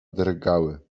drgały